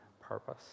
purpose